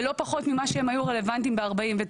לא פחות ממה שהם היו רלוונטיים ב-1949,